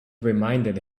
reminded